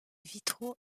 vitraux